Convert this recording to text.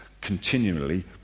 continually